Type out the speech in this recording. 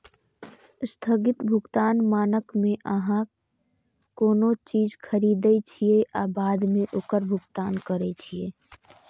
स्थगित भुगतान मानक मे अहां कोनो चीज खरीदै छियै आ बाद मे ओकर भुगतान करै छियै